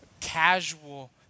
casual